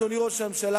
אדוני ראש הממשלה,